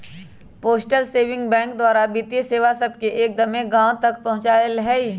postal saving bank द्वारा वित्तीय सेवा सभके एक्दम्मे गाँव तक पहुंचायल हइ